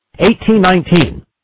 1819